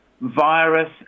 virus